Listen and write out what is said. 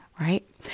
right